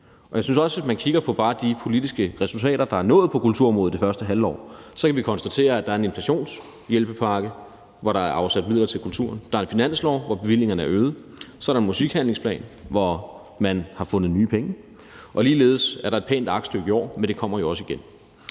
Og jeg synes også, at vi, hvis vi kigger på bare de politiske resultater, der er nået på kulturområdet det første halve år, så kan konstatere, at der er en inflationshjælpepakke, hvor der er afsat midler til kulturen, at der er en finanslov, hvor bevillingerne er øget, at der er en musikhandlingsplan, hvor man har fundet nye penge. Ligeledes er der et pænt aktstykke i år, men det kommer der jo også igen.